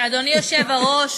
אדוני היושב-ראש,